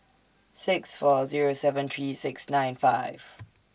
six four Zero seven three six nine five